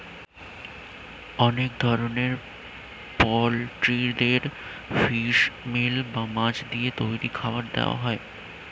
অনেক ধরনের পোল্ট্রিদের ফিশ মিল বা মাছ দিয়ে তৈরি খাবার দেওয়া হয়